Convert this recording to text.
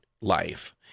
life